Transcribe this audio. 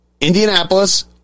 Indianapolis